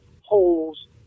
holes